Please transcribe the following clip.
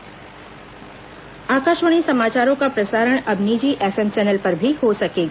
आकाशवाणी समाचार प्रसारण आकाशवाणी समाचारों का प्रसारण अब निजी एफएम चैनल पर भी हो सकेगा